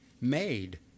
made